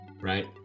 Right